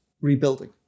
rebuilding